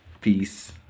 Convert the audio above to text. Peace